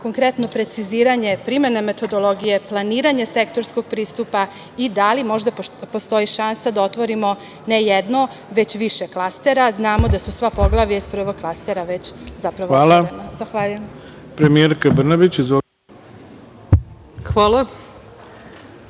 konkretno preciziranje primene metodologije, planiranje sektorskog pristupa i da li možda postoji šansa da otvorimo ne jedno, već više klastera. Znamo da su sva poglavlja iz prvog klastera već zapravo otvorena.